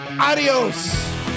adios